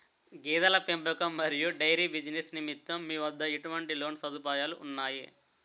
గేదెల పెంపకం మరియు డైరీ బిజినెస్ నిమిత్తం మీ వద్ద ఎటువంటి లోన్ సదుపాయాలు ఉన్నాయి?